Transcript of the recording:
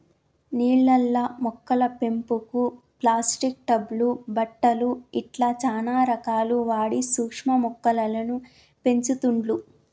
నీళ్లల్ల మొక్కల పెంపుకు ప్లాస్టిక్ టబ్ లు బుట్టలు ఇట్లా చానా రకాలు వాడి సూక్ష్మ మొక్కలను పెంచుతుండ్లు